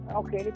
okay